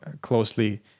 closely